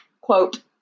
Quote